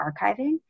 archiving